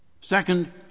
Second